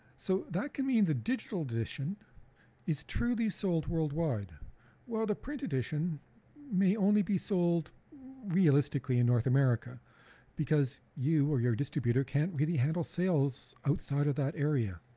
so that can mean the digital edition is truly sold worldwide while the print edition may only be sold realistically in north america because you or your distributor can't really handle sales outside of that area.